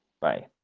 bye